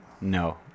no